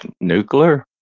Nuclear